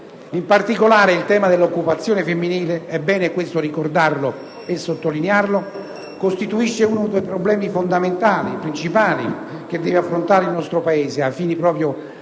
In particolare, il tema dell'occupazione femminile - è bene ricordarlo e sottolinearlo - costituisce uno dei problemi principali che deve affrontare il nostro Paese ai fini della